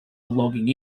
logging